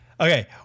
Okay